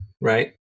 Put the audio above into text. right